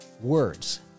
words